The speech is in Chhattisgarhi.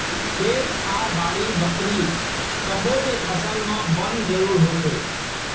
खेत खार, बाड़ी बखरी सब्बो के फसल म बन जरूर होथे